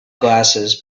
glasses